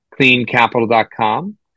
cleancapital.com